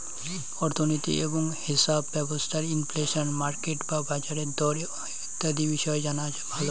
অর্থনীতি এবং হেছাপ ব্যবস্থার ইনফ্লেশন, মার্কেট বা বাজারের দর ইত্যাদি বিষয় জানা ভালো